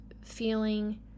feeling